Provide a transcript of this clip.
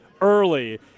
early